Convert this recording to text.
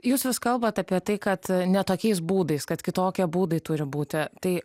jūs vis kalbat apie tai kad ne tokiais būdais kad kitokie būdai turi būti tai